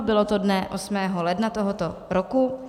Bylo to dne 8. ledna tohoto roku.